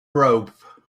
rope